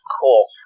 Cool